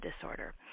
disorder